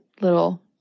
little